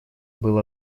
был